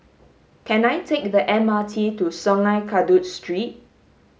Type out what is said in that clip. can I take the M R T to Sungei Kadut Street